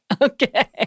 Okay